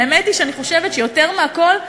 והאמת היא שאני חושבת שיותר מהכול,